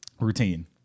routine